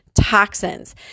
toxins